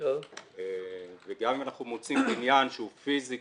וגם אם אנחנו מוצאים בניין שהוא פיזית